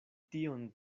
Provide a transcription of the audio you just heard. tion